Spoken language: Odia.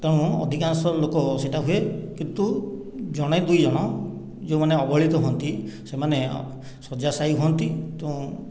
ତେଣୁ ଅଧିକାଂଶ ଲୋକ ସେଟା ହୁଏ କିନ୍ତୁ ଜଣେ ଦୁଇ ଜଣ ଯେଉଁମାନେ ଅବହେଳିତ ହୁଅନ୍ତି ସେମାନେ ଶଯ୍ୟାଶାୟୀ ହୁଅନ୍ତି